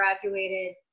graduated